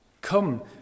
come